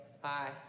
Hi